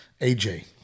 AJ